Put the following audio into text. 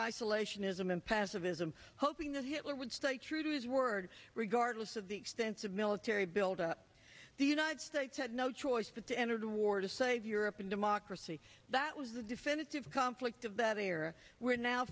isolationism and passivism hoping that hitler would stay true to his word regardless of the extensive military buildup the united states had no choice but to enter the war to save europe and democracy that was the definitive conflict of that era we're now